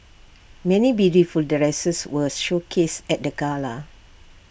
many beautiful dresses were showcased at the gala